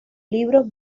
libros